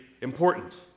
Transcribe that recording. important